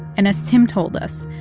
and as tim told us,